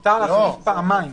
מותר להחליף פעמיים.